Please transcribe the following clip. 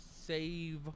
save